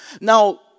Now